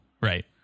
right